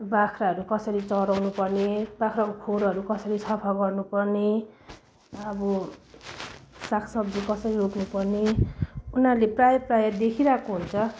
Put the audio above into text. बाख्राहरू कसरी चराउनु पर्ने बाख्राको खोरहरू कसरी सफा गर्नुपर्ने अब सागसब्जी कसरी रोप्नुपर्ने उनीहरूले प्रायःप्रायः देखि रहेको हुन्छ